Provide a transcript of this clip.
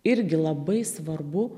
irgi labai svarbu